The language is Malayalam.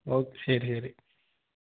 ഓ ശരി ശരി